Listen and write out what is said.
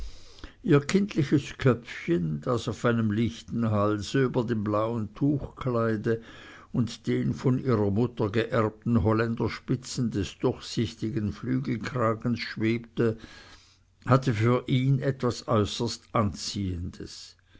ihr kindliches köpfchen das auf einem lichten halse über dem blauen tuchkleide und den von ihrer mutter geerbten holländerspitzen des durchsichtigen flügelkragens schwebte hatte für ihn etwas äußerst anziehendes